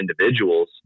individuals